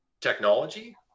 technology